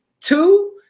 Two